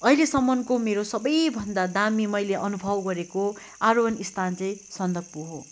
अहिलेसम्मको मेरो सबैभन्दा दामी मैले अनुभव गरेको आरोहण स्थान चाहिँ सन्दकपू हो